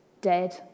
dead